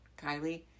Kylie